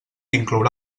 inclourà